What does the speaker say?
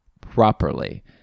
properly